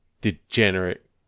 degenerate